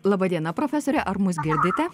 laba diena profesoriau ar mus girdite